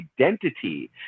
identity